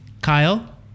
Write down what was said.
Kyle